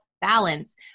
balance